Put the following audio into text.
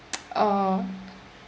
oh